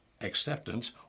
acceptance